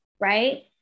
right